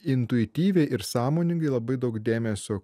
intuityviai ir sąmoningai labai daug dėmesio